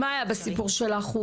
מה היה בסיפור שלך?